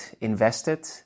invested